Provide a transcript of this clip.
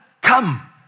come